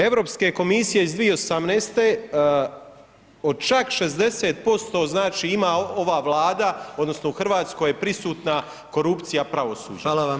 Europske komisije iz 2018. od čak 60% znači ima ova Vlada, odnosno u Hrvatskoj je prisutna korupcija pravosuđa.